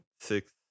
Six